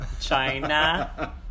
China